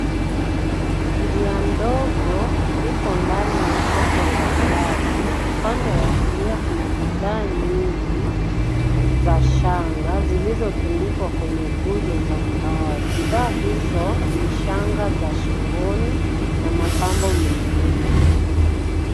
Njia ndogo ipo ndani ya soko ya jadi. Upande wa kulia kuna bidhaa nyingi za shanga zilizotundikwa kwenye nguzo za mbao. Bidhaa hizo ni shanga za shingoni na mapambo mengine.